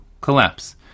collapse